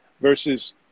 versus